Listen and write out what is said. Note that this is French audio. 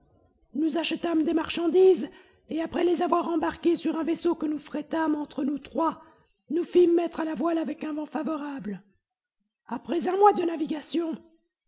nous achetâmes des marchandises et après les avoir embarquées sur un vaisseau que nous frétâmes entre nous trois nous fîmes mettre à la voile avec un vent favorable après un mois de navigation